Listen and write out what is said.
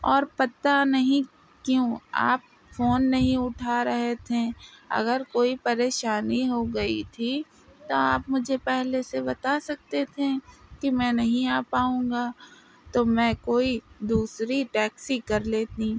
اور پتہ نہیں کیوں آپ فون نہیں اٹھا رہے تھے اگر کوئی پریشانی ہو گئی تھی تو آپ مجھے پہلے سے بتا سکتے تھے کہ میں نہیں آ پاؤں گا تو میں کوئی دوسری ٹیکسی کر لیتی